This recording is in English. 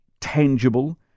tangible